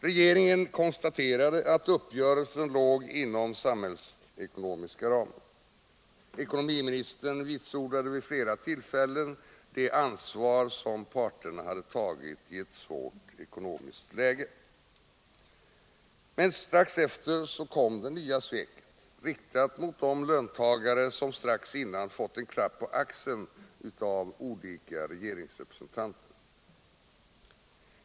Regeringen konstaterade att uppgörelsen låg inom den samhällsekonomiska ramen. Ekonomiministern vitsordade vid flera tillfällen det ansvar som parterna hade tagit i ett svårt ekonomiskt läge. Men strax efter kom det nya sveket, riktat mot de löntagare som strax innan fått en klapp på axeln av olika regeringsrepresentanter.